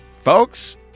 Folks